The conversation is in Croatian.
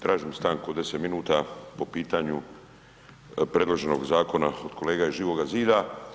Tražim stanku od 10 minuta po pitanju predloženog zakona kolega iz Živoga zida.